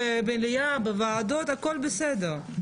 במליאה, בוועדות, הכול בסדר.